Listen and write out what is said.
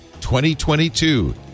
2022